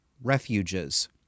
refuges